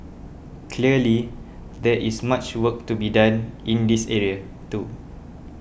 clearly there is much work to be done in this area too